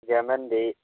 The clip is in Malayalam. ജെമന്തി